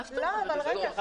מה זאת אומרת לסגור?